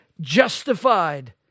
justified